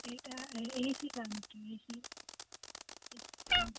ഏട്ടാ A C കാണിക്കു A C